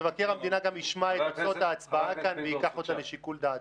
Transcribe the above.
מבקר המדינה גם ישמע את תוצאות ההצבעה כאן וייקח אותן לשיקול דעתו.